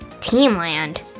Teamland